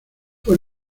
fue